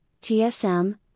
TSM